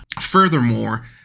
Furthermore